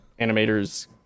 animators